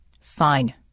Fine